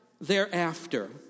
thereafter